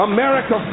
America